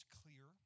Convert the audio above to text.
clear